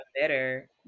better